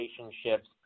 relationships